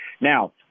Now